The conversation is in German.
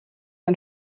ein